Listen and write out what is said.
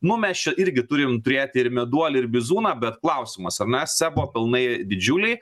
nu mes čia irgi turim turėti ir meduolį ir bizūną bet klausimas ar ne sebo pelnai didžiuliai